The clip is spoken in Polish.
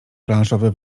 planszowe